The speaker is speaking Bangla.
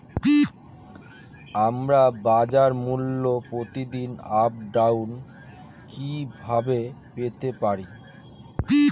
আমরা বাজারমূল্যের প্রতিদিন আপডেট কিভাবে পেতে পারি?